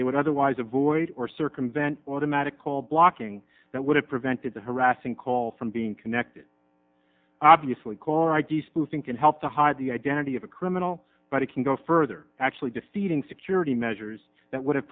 they would otherwise avoid or circumvent automatic call blocking that would have prevented the harassing call from being connected obviously caller id spoofing can help to hide the identity of a criminal but it can go further actually defeating security measures that would have